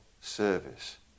service